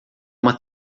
uma